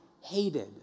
hated